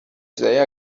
say